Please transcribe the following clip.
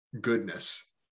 goodness